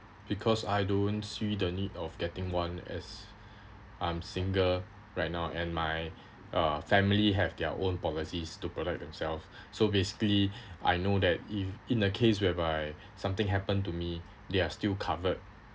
because I don't see the need of getting one as I'm single right now and my uh family have their own policies to protect themself so basically I know that in in the case whereby something happen to me they are still covered